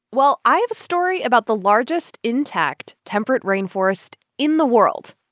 well, i have a story about the largest intact temperate rainforest in the world.